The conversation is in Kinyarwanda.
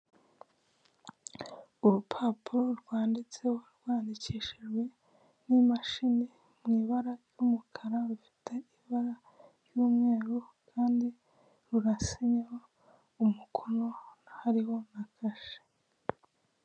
Urupapuro rwanditseho rwandikishijwe n'imashini mu ibara ry'umukara rufite ibara ry'umweru kandi runasanyeho hariho umukono hariho na kashe.